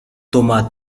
thomas